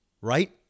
Right